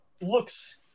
looks